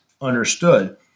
understood